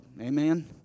Amen